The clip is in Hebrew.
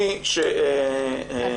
זה סעיף שכל מי שיורשע, ינצל אותו.